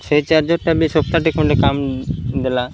ସେଇ ଚାର୍ଜର୍ଟା ବି ସପ୍ତାହଟେ ଖଣ୍ଡେ କାମ ଦେଲା